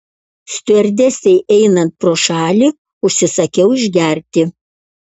stiuardesei einant pro šalį užsisakiau išgerti